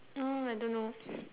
mm I don't know